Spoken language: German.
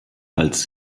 als